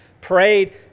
prayed